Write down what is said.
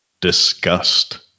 disgust